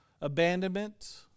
abandonment